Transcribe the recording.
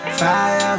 fire